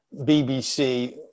BBC